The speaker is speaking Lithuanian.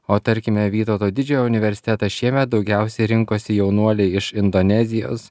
o tarkime vytauto didžiojo universitetą šiemet daugiausiai rinkosi jaunuoliai iš indonezijos